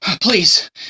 please